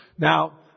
Now